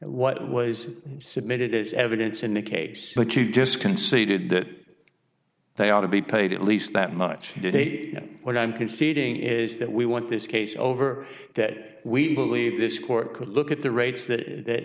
what was submitted as evidence in the case but you just conceded that they ought to be paid at least that much do they know what i'm conceding is that we want this case over that we believe this court could look at the rates that ha